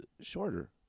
shorter